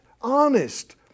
honest